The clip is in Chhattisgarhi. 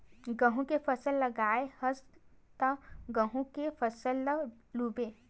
गहूँ के फसल लगाए हस त गहूँच के फसल ल लूबे